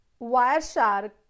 Wireshark